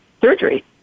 surgery